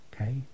Okay